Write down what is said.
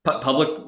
Public